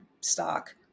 stock